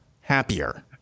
happier